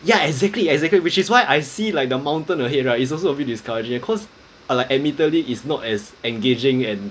ya exactly exactly which is why I see like the mountain ahead right it's also a bit discouraging because ah like admitedly it's not as engaging and